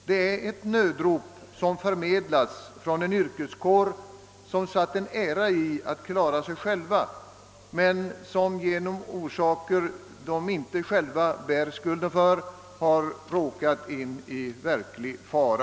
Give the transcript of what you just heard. Det är ett nödrop som förmedlas från en yrkeskår, som satt en ära i att klara sig själv men som av orsaker som den inte själv bär skulden till har råkat in i verklig fara.